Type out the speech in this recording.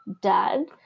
dad